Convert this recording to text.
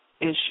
issue